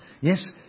Yes